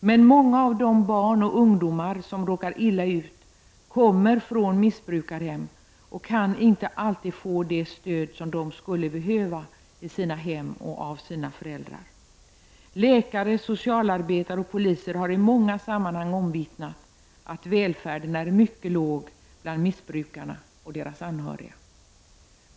Men många av de barn och ungdomar som råkar illa ut kommer från missbrukarhem och kan inte alltid få det stöd som de skulle behöva i sina hem och av sina föräldrar. Läkare, socialarbetare och poliser har i många sammanhang omvittnat att det är dåligt beställt med välfärden bland missbrukarna och deras anhöriga.